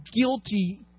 guilty